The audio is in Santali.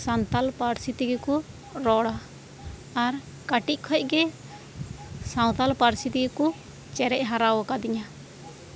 ᱥᱟᱱᱛᱟᱞ ᱯᱟᱹᱨᱥᱤ ᱛᱮᱜᱮ ᱠᱚ ᱨᱚᱲᱼᱟ ᱠᱟᱴᱤᱡ ᱠᱷᱚᱱ ᱜᱮ ᱥᱟᱱᱛᱟᱞ ᱯᱟᱹᱨᱥᱤ ᱛᱮᱜᱮ ᱠᱚ ᱪᱮᱨᱮᱪ ᱦᱟᱨᱟᱣ ᱠᱟᱫᱤᱧᱟ